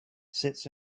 sits